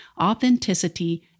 authenticity